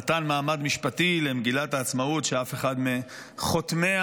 נתן מעמד משפטי למגילת העצמאות שאף אחד מחותמיה